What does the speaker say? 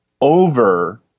over